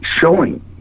showing